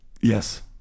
Yes